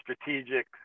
strategic